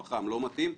מנופות.